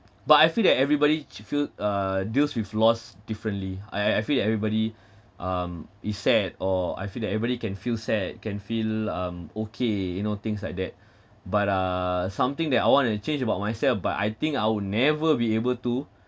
but I feel that everybody to feel uh deals with loss differently I I I feel that everybody um is sad or I feel that everybody can feel sad can feel um okay you know things like that but uh something that I want to change about myself but I think I would never be able to